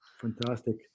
fantastic